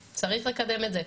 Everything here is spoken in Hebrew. בהחלט צריך לקדם את זה.